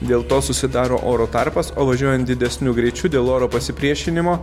dėl to susidaro oro tarpas o važiuojant didesniu greičiu dėl oro pasipriešinimo